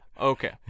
Okay